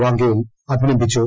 വാങ്ഗേൽ അഭിനന്ദിച്ചു